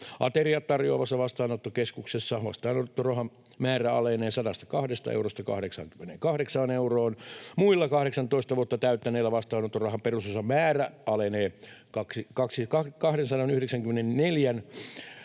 Ateriat tarjoavassa vastaanottokeskuksessa vastaanottorahan määrä alenee 102 eurosta 88 euroon. Muilla 18 vuotta täyttäneillä vastaanottorahan perusosan määrä alenee 294 euron